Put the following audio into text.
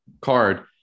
card